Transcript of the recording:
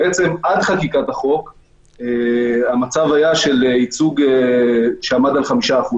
בעצם, עד חקיקת החוק המצב היה של ייצוג שעמד על 5%